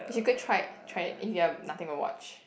you should go try it try it if you have nothing to watch